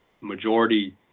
majority